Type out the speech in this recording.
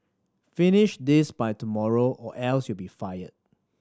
finish this by tomorrow or else you'll be fired